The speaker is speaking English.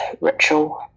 ritual